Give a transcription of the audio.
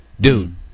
Dude